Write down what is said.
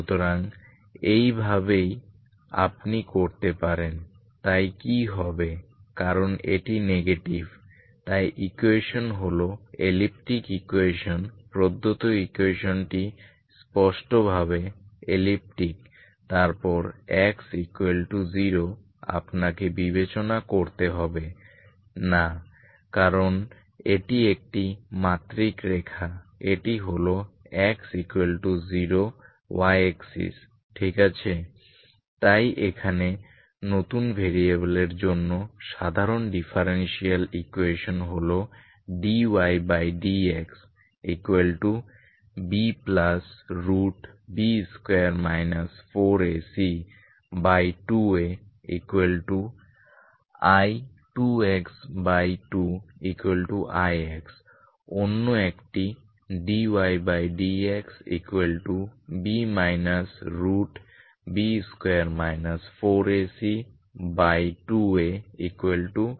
সুতরাং এভাবেই আপনি করতে পারেন তাই কি হবে কারণ এটি নেগেটিভ তাই ইকুয়েশন হল এলিপ্টিক ইকুয়েশন প্রদত্ত ইকুয়েশনটি স্পষ্টভাবে এলিপ্টিক তারপর x 0 আপনাকে বিবেচনা করতে হবে না কারণ এটি একটি মাত্রিক রেখা এটি হল x 0 y অ্যাক্সিস ঠিক আছে তাই এখানে নতুন ভেরিয়েবলের জন্য সাধারণ ডিফারেনশিএল ইকুয়েশন হল dydxBB2 4AC2Ai2x2ix অন্য একটি dydxB B2 4AC2A ix